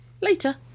Later